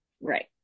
Right